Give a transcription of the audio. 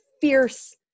fierce